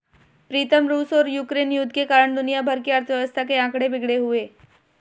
प्रीतम रूस और यूक्रेन युद्ध के कारण दुनिया भर की अर्थव्यवस्था के आंकड़े बिगड़े हुए